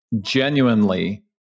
genuinely